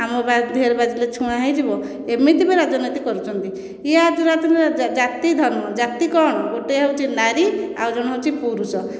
ଆମ ଦେହରେ ବାଜିଲେ ଛୁଆଁ ହୋଇଯିବ ଏମିତି ବି ରାଜନୀତି କରୁଛନ୍ତି ୟେ ଆଜିକାଲି ଜାତି ଧର୍ମ ଜାତି କ'ଣ ଗୋଟିଏ ହେଉଛି ନାରୀ ଆଉ ଜଣେ ହେଉଛି ପୁରୁଷ